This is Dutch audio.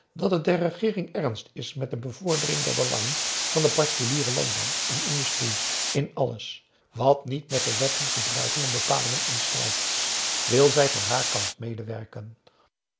dat het der regeering ernst is met de bevordering der belangen van den particulieren landbouw en industrie in alles wat niet met de wetten gebruiken en bepalingen in strijd is wil zij van haar kant medewerken